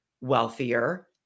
wealthier